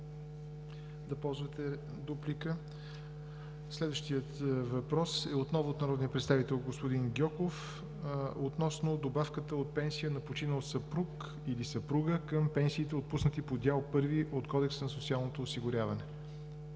да ползвате дуплика. Следващият въпрос отново е от народния представител господин Гьоков относно добавката от пенсията на починал съпруг или съпруга към пенсиите, отпуснати по дял I от Кодекса за социално осигуряване.